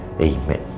Amen